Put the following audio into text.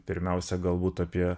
pirmiausia galbūt apie